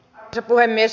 arvoisa puhemies